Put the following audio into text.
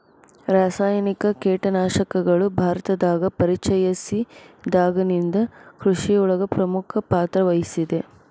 ರಾಸಾಯನಿಕ ಕೇಟನಾಶಕಗಳು ಭಾರತದಾಗ ಪರಿಚಯಸಿದಾಗನಿಂದ್ ಕೃಷಿಯೊಳಗ್ ಪ್ರಮುಖ ಪಾತ್ರವಹಿಸಿದೆ